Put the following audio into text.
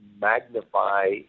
magnify